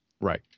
Right